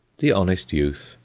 the honest youth,